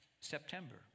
September